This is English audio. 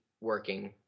working